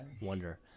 wonder